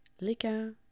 Lika